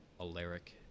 Alaric